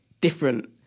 different